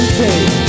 take